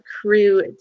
crew